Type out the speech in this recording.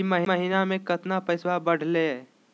ई महीना मे कतना पैसवा बढ़लेया?